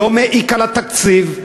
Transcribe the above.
לא מעיק על התקציב,